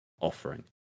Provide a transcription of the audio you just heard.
offering